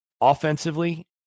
offensively